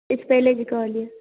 अइसँ पहिले भी कहलियै